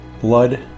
blood